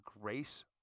grace